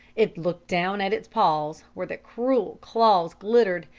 it looked down at its paws, where the cruel claws glittered,